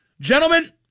Gentlemen